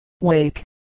Wake